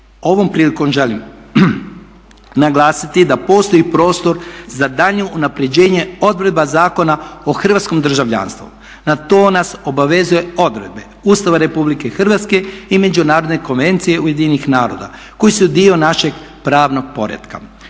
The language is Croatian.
ovom prilikom želim naglasiti da postoji prostor za daljnje unapređenje odredba Zakona o hrvatskom državljanstvu. Na to nas obavezuju odredbe Ustava RH i Međunarodne konvencije UN-a koji su dio našeg pravnog poretka.